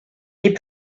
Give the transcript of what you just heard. est